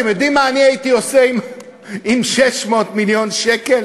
אתם יודעים מה אני הייתי עושה עם 600 מיליון שקל?